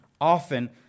often